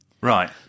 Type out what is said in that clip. Right